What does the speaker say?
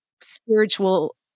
spiritual